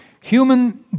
Human